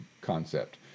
concept